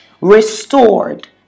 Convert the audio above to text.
restored